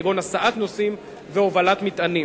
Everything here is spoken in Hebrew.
כגון הסעת נוסעים והובלת מטענים.